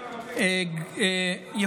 אזכיר מהן הזכויות שנפגעות לפי החוק הזה,